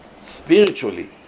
spiritually